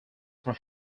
from